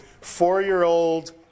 four-year-old